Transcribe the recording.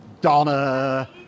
Donna